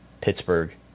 Pittsburgh